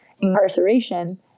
incarceration